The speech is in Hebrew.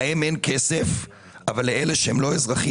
להם אין כסף אבל לאלה שהם לא אזרחים,